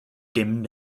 dimmed